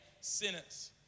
sinners